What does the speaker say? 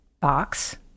box